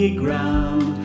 ground